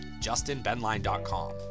JustinBenline.com